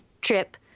trip